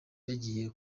yagiye